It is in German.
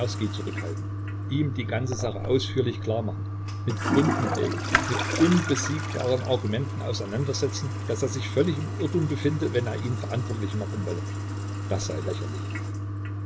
zurückhalten ihm die ganze sache ausführlich klar machen mit gründen belegen mit unbesiegbaren argumenten auseinandersetzen daß er sich völlig im irrtum befinde wenn er ihn verantwortlich machen wolle das sei lächerlich